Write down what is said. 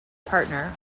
partner